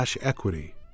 equity